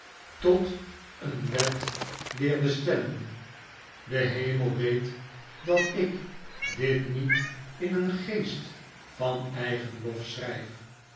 tot een wet leerde stellen de hemel weet dat ik dit niet in een geest van eigenlof schrijf